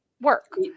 work